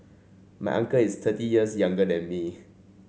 my uncle is thirty years younger than me